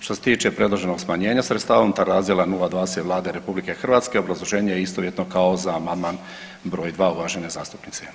Što se tiče predloženog smanjenja sredstava unutar razdjela 020 Vlade RH, obrazloženje je istovjetno kao za Amandman br. 2 uvažene zastupnice.